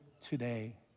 today